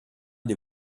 des